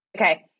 Okay